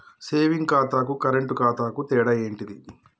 Saving ఖాతాకు current ఖాతాకు తేడా ఏంటిది?